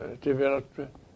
developed